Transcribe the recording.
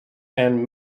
and